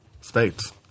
states